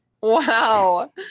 wow